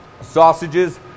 sausages